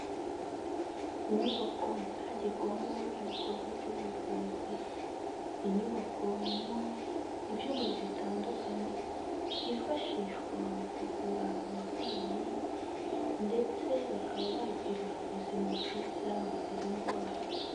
Inyubako itangirwamo ibikorwa by'ubuvuzi, iyi inyubako irimo ibyuma bitandukanye byifashishwa mu kuvura abarwayi ndetse bakaba bagira ubuzima bwiza buzira indwara.